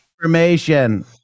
information